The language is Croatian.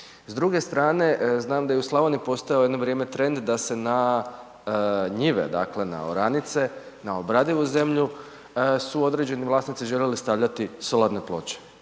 S druge strane, znam da je i u Slavoniji postajao jedno vrijeme trend, da se na njive, dakle, na oranice, na obradivu zemlju su određeni vlasnici željeli stavljati solarne ploče.